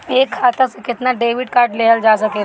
एक खाता से केतना डेबिट कार्ड लेहल जा सकेला?